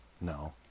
No